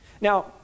Now